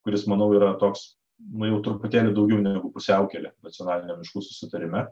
kuris manau yra toks nu jau truputėlį daugiau negu pusiaukelė nacionaliniam miškų susitarime